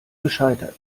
gescheitert